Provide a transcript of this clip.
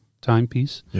timepiece